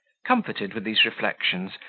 comforted with these reflections,